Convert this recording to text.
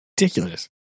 ridiculous